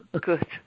Good